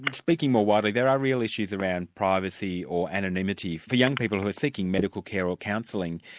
like speaking more widely, there are real issues around privacy or anonymity for young people who are seeking medical care or counselling,